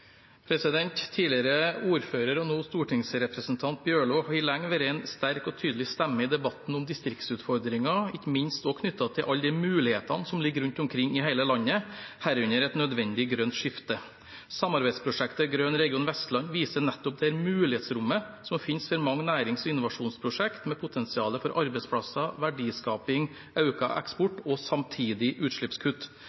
Tidligere ordfører, nå stortingsrepresentant, Bjørlo har lenge vært en sterk og tydelig stemme i debatten om distriktsutfordringer, ikke minst knyttet til alle de mulighetene som ligger rundt omkring i hele landet, herunder et nødvendig grønt skifte. Samarbeidsprosjektet Grøn region Vestland viser nettopp det mulighetsrommet som finnes for mange nærings- og innovasjonsprosjekt med potensial for arbeidsplasser, verdiskaping, økt eksport